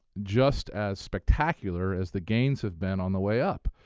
just as spectacular as the gains have been on the way up.